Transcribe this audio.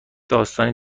داستانی